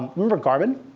remember garmin?